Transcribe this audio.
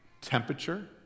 Temperature